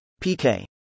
PK